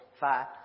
five